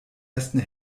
ersten